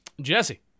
Jesse